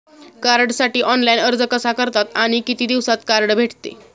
कार्डसाठी ऑनलाइन अर्ज कसा करतात आणि किती दिवसांत कार्ड भेटते?